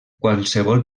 qualsevol